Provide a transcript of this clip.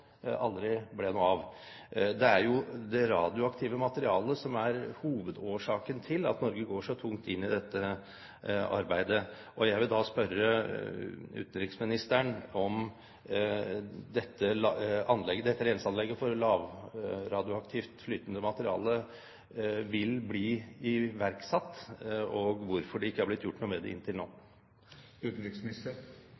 aldri ble noe av. Det er jo det radioaktive materialet som er hovedårsaken til at Norge går så tungt inn i dette arbeidet. Jeg vil da spørre utenriksministeren om dette renseanlegget for lavradioaktivt flytende materiale vil bli iverksatt, og hvorfor det ikke er blitt gjort noe med det inntil nå.